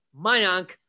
Mayank